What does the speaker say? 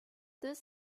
this